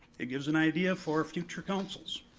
it gives an idea for future councils.